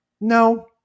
No